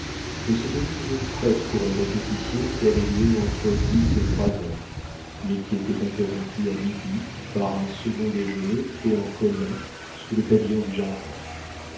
elle se tenait toujours prête pour les répétitions qui avaient lieu entre dix et trois heures mais qui étaient interrompues à midi par un second déjeuner fait en commun sous le pavillon du jardin